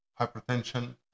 hypertension